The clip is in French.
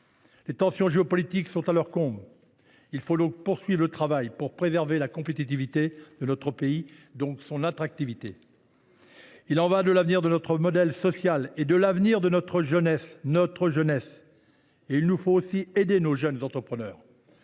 Les tensions géopolitiques sont à leur comble. Il faut poursuivre le travail pour préserver la compétitivité de notre pays et donc son attractivité : il y va de l’avenir de notre modèle social, de l’avenir de notre jeunesse tout entière. En ce sens, nous devons aussi aider nos jeunes entrepreneurs.